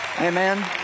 Amen